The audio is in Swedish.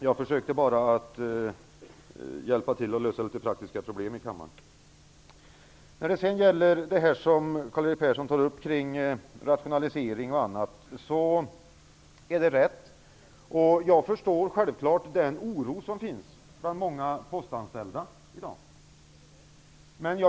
Jag försökte bara hjälpa till att lösa litet praktiska problem i kammaren. Karl-Erik Persson talar om rationaliseringar och annat, och det han säger är riktigt. Jag förstår självfallet den oro som i dag finns bland många postanställda.